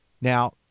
now